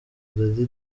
dady